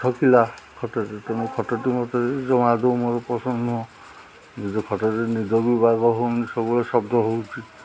ଠକିଲା ଖଟ ଖଟଟି ମୋତେ ଜମା ଆଦୌ ମୋର ପସନ୍ଦ ନୁହେଁ ନିଜ ଖଟଟି ନିଦ ବି ବାଗ ହେଉନି ସବୁବେଳେ ଶବ୍ଦ ହେଉଛି